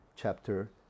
chapter